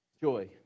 Joy